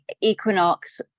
equinox